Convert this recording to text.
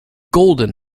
golden